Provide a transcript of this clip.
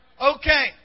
Okay